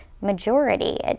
majority